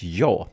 ja